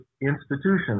institutions